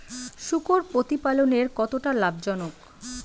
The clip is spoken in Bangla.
শূকর প্রতিপালনের কতটা লাভজনক?